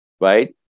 right